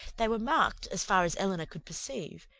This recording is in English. they were marked, as far as elinor could perceive,